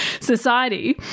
society